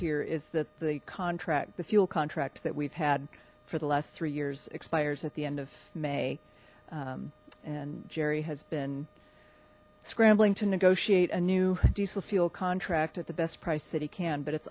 here is that the contract the fuel contract that we've had for the last three years expires at the end of may and jerry has been scrambling to negotiate a new diesel fuel contract at the best price that he can but it's